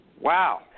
wow